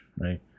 right